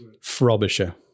Frobisher